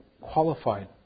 qualified